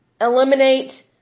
eliminate